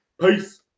Peace